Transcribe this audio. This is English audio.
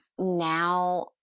now